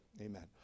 amen